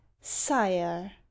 sire